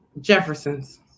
Jefferson's